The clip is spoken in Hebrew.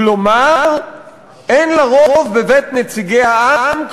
כלומר אין לה רוב בבית נציגי העם,